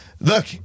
Look